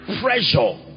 pressure